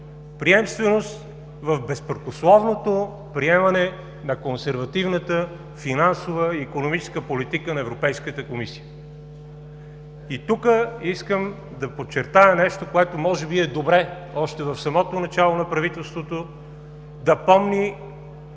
приемственост в безпрекословното приемане на консервативната финансова и икономическа политика на Европейската комисия. Тук искам да подчертая нещо, което може би е добре още в самото начало на правителството да помни